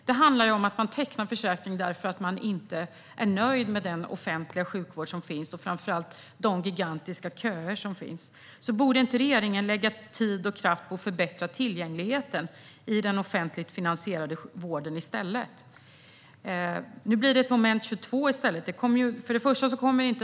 Det handlar ju om att man tecknar försäkring därför att man inte är nöjd med den offentliga sjukvård som finns, framför allt de gigantiska köerna. Borde inte regeringen lägga tid och kraft på att förbättra tillgängligheten i den offentligt finansierade vården i stället? Nu blir det ett moment 22.